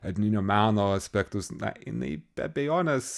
etninio meno aspektus na jinai be abejonės